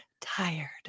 Tired